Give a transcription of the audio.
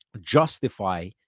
justify